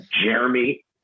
Jeremy